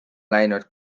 läinud